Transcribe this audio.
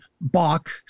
Bach